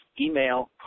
email